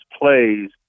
plays